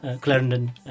Clarendon